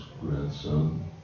grandson